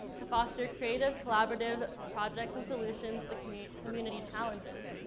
to foster creative, collaborative projects and solutions to i mean community challenges.